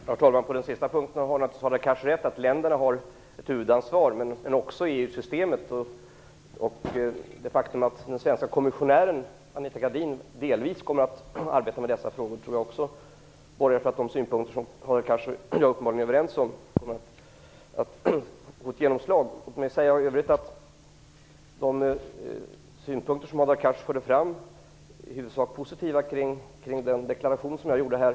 Herr talman! På den sista punkten har naturligtvis Hadar Cars rätt. Länderna har ett huvudansvar. Jag tror också att EU-systemet och det faktum att den svenska kommissionären, Anita Gradin, delvis kommer att arbeta med dessa frågor, borgar för att de synpunkter som Hadar Cars och jag uppenbarligen är överens om får genomslag. Hadar Cars förde i huvudsak fram positiva synpunkter kring den deklaration som jag gjorde här.